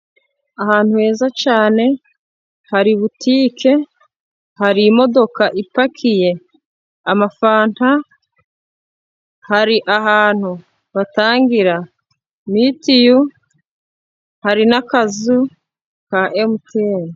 Ahantu heza cyane, hari butike, hari imodoka ipakiye amafanta, hari ahantu batangira mitiyu, hari n'akazu ka MTN.